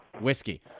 whiskey